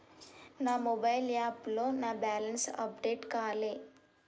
నా మొబైల్ యాప్లో నా బ్యాలెన్స్ అప్డేట్ కాలే